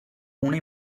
una